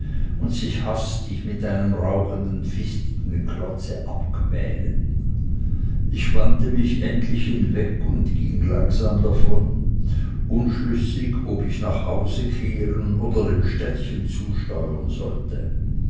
und sich hastig mit einem rauchenden fichtenklotze abquälen ich wandte mich endlich hinweg und ging langsam davon unschlüssig ob ich nach hause kehren oder dem städtchen zusteuern solle